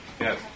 Yes